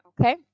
okay